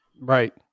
Right